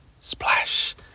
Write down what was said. Splash